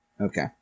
Okay